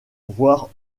voir